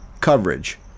coverage